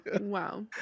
Wow